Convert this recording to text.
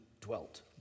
dwelt